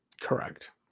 Correct